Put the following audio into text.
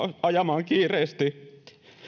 ajamaan kiireesti